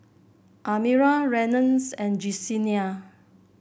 Almira Reynolds and Jesenia